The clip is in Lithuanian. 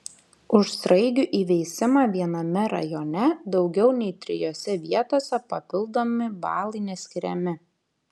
už sraigių įveisimą viename rajone daugiau nei trijose vietose papildomi balai neskiriami